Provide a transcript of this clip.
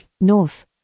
north